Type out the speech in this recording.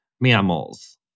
mammals